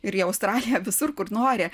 ir į australiją visur kur nori